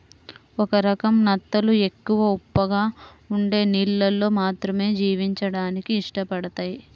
ఒక రకం నత్తలు ఎక్కువ ఉప్పగా ఉండే నీళ్ళల్లో మాత్రమే జీవించడానికి ఇష్టపడతయ్